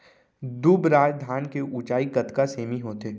दुबराज धान के ऊँचाई कतका सेमी होथे?